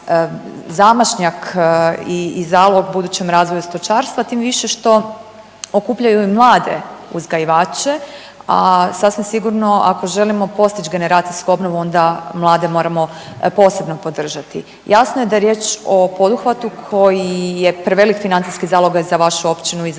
zamašnjak i zalog budućem razvoju stočarstva, tim više što okupljaju i mlade uzgajivače, a sasvim sigurno ako želimo postić generacijsku obnovu onda mlade moramo posebno podržati. Jasno je da je riječ o poduhvatu koji je prevelik financijski zalogaj za vašu općinu i za